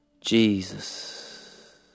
Jesus